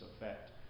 effect